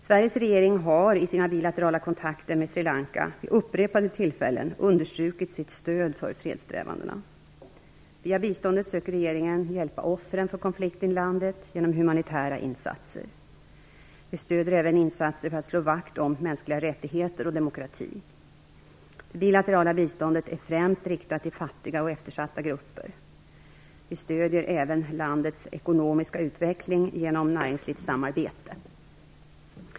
Sveriges regering har i sina bilaterala kontakter med Sri Lanka vid upprepade tillfällen understrukit sitt stöd för fredssträvandena. Via biståndet söker regeringen hjälpa offren för konflikten i landet genom humanitära insatser. Vi stöder även insatser för att slå vakt om mänskliga rättigheter och demokrati. Det bilaterala biståndet är främst riktat till fattiga och eftersatta grupper. Vi stödjer även landets ekonomiska utveckling genom näringslivssamarbete.